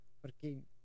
Porque